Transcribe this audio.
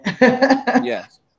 yes